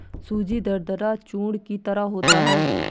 सूजी दरदरा चूर्ण की तरह होता है